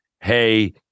hey